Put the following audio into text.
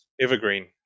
Evergreen